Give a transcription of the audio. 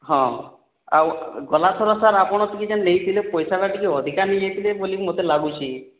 ହଁ ଆଉ ଗଲାଥର ସାର୍ ଆପଣ ଯେନ୍ ନେଇଥିଲେ ପଇସା ଟା ଟିକେ ଅଧିକା ନେଇଯାଇଥିଲେ ବୋଲି ମତେ ଲାଗୁଛି